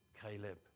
Caleb